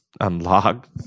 unlocked